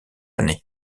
année